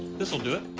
this'll do it.